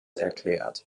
erklärt